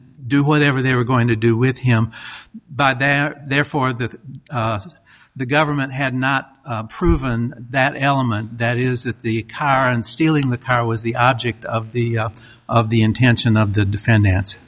do whatever they were going to do with him but then therefore that the government had not proven that element that is that the current stealing the car was the object of the of the intention of the defen